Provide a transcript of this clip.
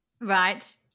right